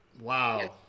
Wow